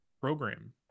program